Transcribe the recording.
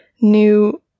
New